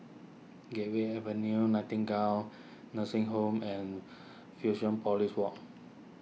Gateway Avenue Nightingale Nursing Home and Fusionopolis Walk